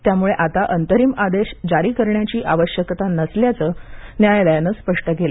त्यामुळे आता अंतरिम आदेश जारी करण्याची आवश्यकता नसल्याचं न्यायालयानं स्पष्ट केलं